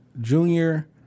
junior